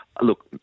Look